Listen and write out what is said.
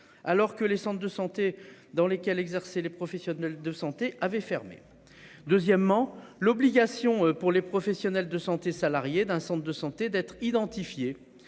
alors que les centres de santé dans lesquels exercer les professionnels de santé avait fermé. Deuxièmement, l'obligation pour les professionnels de santé, salariés d'un centre de santé d'être identifié